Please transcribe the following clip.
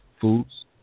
foods